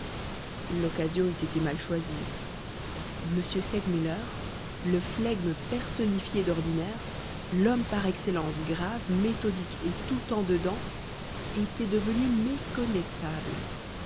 l'occasion eût été mal choisie m segmuller le flegme personnifié d'ordinaire l'homme par excellence grave méthodique et tout en dedans était devenu méconnaissable